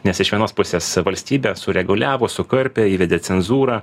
nes iš vienos pusės valstybė sureguliavo sukarpė įvedė cenzūrą